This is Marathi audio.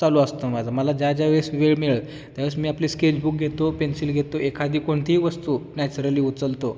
चालू असतं माझं मला ज्या ज्यावेळेस वळ मिळेल त्या वेळेस मी आपली स्केचबुक घेतो पेंसिल घेतो एखादी कोणतीही वस्तू नॅचरली उचलतो